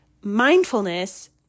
mindfulness